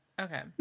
okay